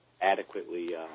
adequately